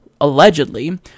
allegedly